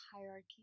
hierarchy